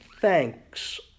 thanks